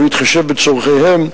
ובהתחשב בצורכיהם,